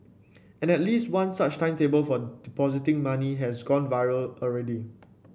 and at least one such timetable for depositing money has gone viral already